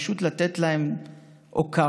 פשוט לתת להם הוקרה,